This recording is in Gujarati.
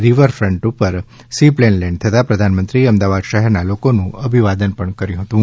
રીવરફ્રન્ટ ઉપર સી પ્લેન લેન્ડ થતાં પ્રધાનમંત્રીએ અમદાવાદ શહેરના લોકોનું અભિવાદન ઝીલ્યું હતું